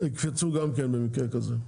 יקפצו גם כן במקרה כזה.